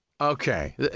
okay